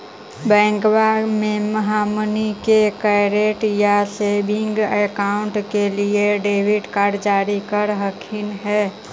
बैंकवा मे हमनी के करेंट या सेविंग अकाउंट के लिए डेबिट कार्ड जारी कर हकै है?